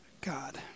God